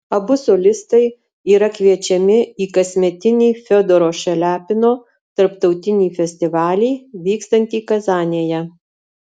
abu solistai yra kviečiami į kasmetinį fiodoro šaliapino tarptautinį festivalį vykstantį kazanėje